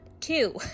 two